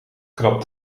krabt